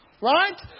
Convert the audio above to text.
Right